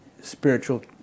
spiritual